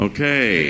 Okay